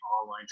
online